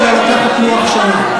ולא לקחת לוח שנה.